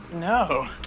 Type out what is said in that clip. No